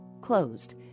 closed